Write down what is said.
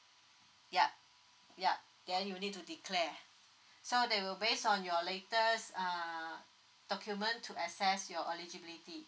yup yup ya you need to declare so that will based on your latest err document to access your eligibility